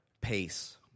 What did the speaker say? pace